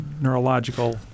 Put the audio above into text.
neurological